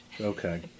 Okay